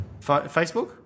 Facebook